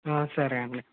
సరే అండి